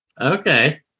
Okay